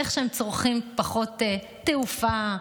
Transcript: איך הם צורכים פחות תעופה,